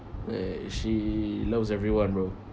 uh she loves everyone bro